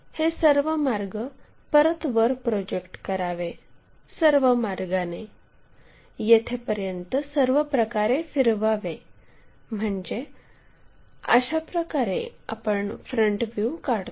हे सर्व मार्ग परत वर प्रोजेक्ट करावे सर्व मार्गाने येथे पर्यंत सर्व प्रकारे फिरवावे म्हणजे अशाप्रकारे आपण फ्रंट व्ह्यू काढतो